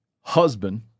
husband